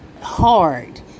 hard